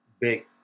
big